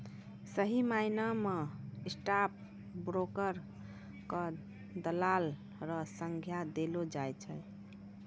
सही मायना म स्टॉक ब्रोकर क दलाल र संज्ञा देलो जाय छै